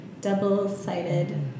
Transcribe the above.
double-sided